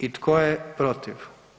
I tko je protiv?